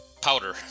Powder